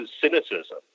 cynicism